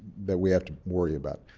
that we have to worry about.